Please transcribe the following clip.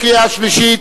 בקריאה שלישית.